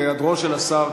בהיעדרו של השר,